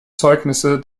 zeugnisse